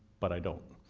but i don't.